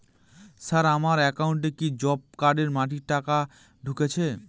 Sir আমার একাউন্টে কি জব কার্ডের মাটি কাটার টাকা ঢুকেছে?